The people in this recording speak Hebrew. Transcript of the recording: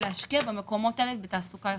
להשקיע במקומות האלה בתעסוקה איכותית.